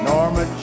Norma